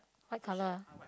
white color